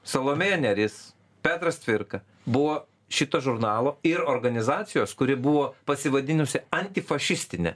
salomėja nėris petras cvirka buvo šito žurnalo ir organizacijos kuri buvo pasivadinusi antifašistinė